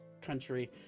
country